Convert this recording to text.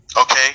Okay